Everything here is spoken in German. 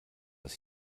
was